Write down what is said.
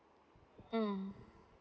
mm